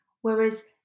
Whereas